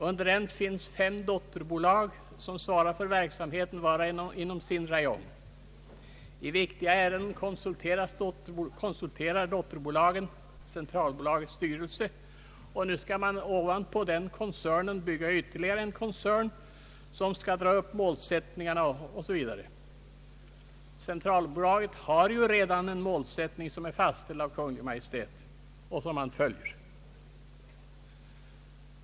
Under den finns fem dotterbolag som svarar för verksamheten vart och ett inom sin räjong. I viktigare ärenden konsulterar dotterbolagen centralbolagets styrelse. Nu skall alltså ovanpå denna koncern byggas ytterligare en koncern, som skall dra upp målsättningarna o.s.v. Centralbolaget har redan en målsättning som är fastställd av Kungl. Maj:t, och som man följer.